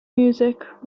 music